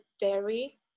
dairy